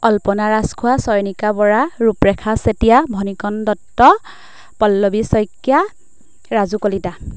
Alpana Rajkhowa Chayanika Bora Ruprekha Chetia Bhanikan Dutta Pallavi Saikia Raju Kalita